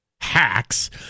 Hacks